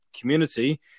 community